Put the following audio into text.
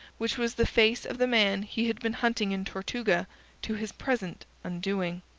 which was the face of the man he had been hunting in tortuga to his present undoing.